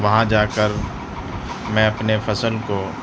وہاں جا کر میں اپنے فصل کو